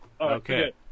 Okay